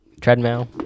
treadmill